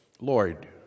Lord